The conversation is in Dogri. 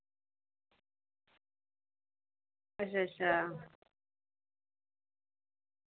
अच्छा अच्छा